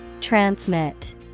transmit